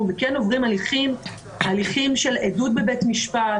וכן עוברים הליכים של עדות בבית משפט,